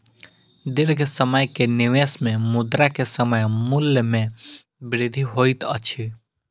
दीर्घ समय के निवेश में मुद्रा के समय मूल्य में वृद्धि होइत अछि